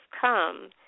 come